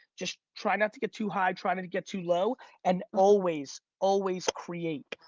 just try not to get too high. trying to get too low and always, always create.